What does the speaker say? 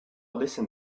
listen